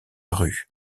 rue